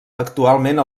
actualment